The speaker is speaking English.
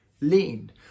lean